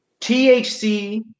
THC